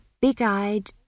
big-eyed